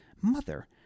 Mother